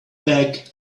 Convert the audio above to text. bag